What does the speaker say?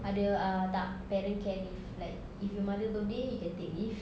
ada uh tak parent care leave like if your mother's birthday you can take leave